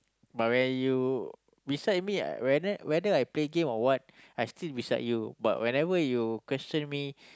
but when you beside me I whether whether I play game or what I still beside you but whenever you question me